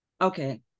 Okay